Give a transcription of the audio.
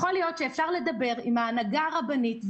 יכול להיות שאפשר לדבר עם ההנהגה הרבנית,